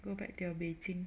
go back to your Beijing